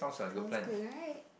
sounds good right